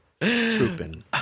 trooping